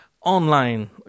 online